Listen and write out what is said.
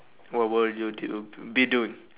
what would you do be doing